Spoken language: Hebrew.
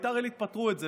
בבית"ר עילית פתרו את זה.